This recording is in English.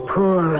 Poor